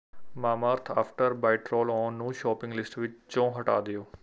Mamaearth after bite roll on ਨੂੰ shopping list ਵਿੱਚੋਂ ਹਟਾ ਦਿਓ